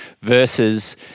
versus